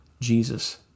Jesus